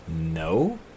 no